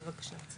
בבקשה.